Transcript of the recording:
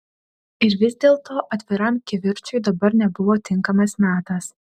ir vis dėlto atviram kivirčui dabar nebuvo tinkamas metas